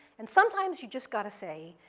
and sometimes you just got to say,